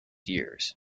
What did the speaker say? years